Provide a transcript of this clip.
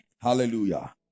hallelujah